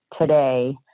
today